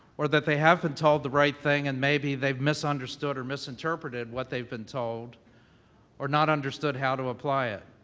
or, that they have been told the right thing, and maybe they've misunderstood or misinterpreted what they've been told or not understood how to apply it.